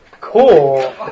Cool